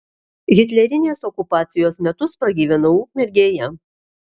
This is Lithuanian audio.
hitlerinės okupacijos metus pragyvenau ukmergėje